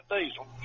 diesel